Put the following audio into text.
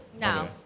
No